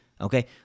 okay